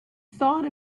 thought